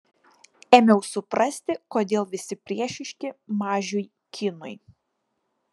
ėmiau suprasti kodėl visi priešiški mažiui kinui